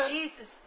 Jesus